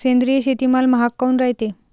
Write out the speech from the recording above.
सेंद्रिय शेतीमाल महाग काऊन रायते?